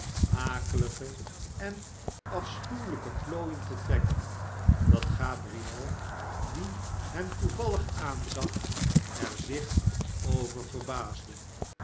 akelige en afschuwehjke plooien te trekken dat gabriel die hem toevallig aanzag er zich over verbaasde